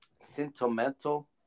sentimental